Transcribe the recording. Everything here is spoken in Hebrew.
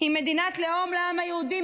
היא מדינת לאום לעם היהודי,